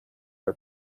are